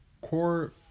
core